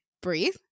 breathe